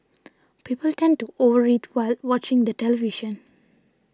people tend to over eat while watching the television